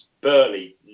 Burley